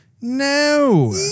No